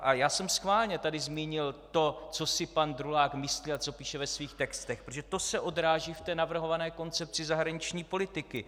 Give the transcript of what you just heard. A já jsem schválně tady zmínil to, co si pan Drulák myslí a co píše ve svých textech, protože to se odráží v té navrhované Koncepci zahraniční politiky.